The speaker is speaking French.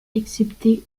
excepté